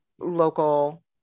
local